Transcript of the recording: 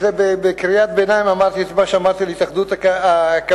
בקריאת ביניים אמרתי את מה שאמרתי על התאחדות הקבלנים.